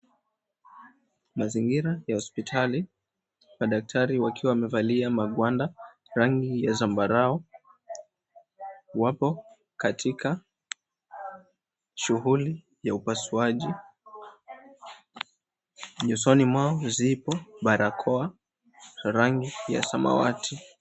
Mazingira ya hospitali, na daktari wakiwa wamevalia magwanda rangi ya zambarau, wapo katika shughuli ya upasuaji. Nyusoni mwao zipo barakoa za rangi ya samawati.